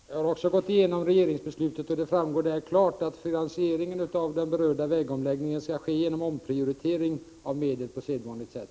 Herr talman! Jag har också gått igenom regeringsbeslutet. Av detta framgår klart att finansieringen av den berörda vägomläggningen skall ske genom omprioritering av medel på sedvanligt sätt.